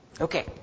Okay